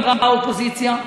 אמרה האופוזיציה,